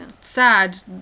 sad